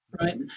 right